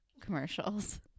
Commercials